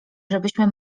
żebyśmy